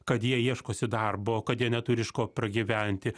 kad jie ieškosi darbo kad jie neturi iš ko pragyventi